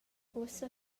ussa